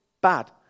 bad